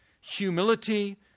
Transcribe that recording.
humility